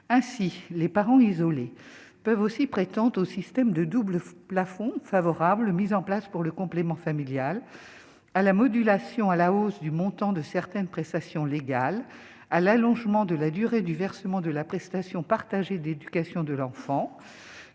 ainsi les parents isolés peuvent aussi prétendre au système de double plafond favorable mises en place pour le complément familial à la modulation à la hausse du montant de certaines prestations légales à l'allongement de la durée du versement de la prestation partagée d'éducation de l'enfant